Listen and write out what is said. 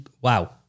Wow